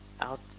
out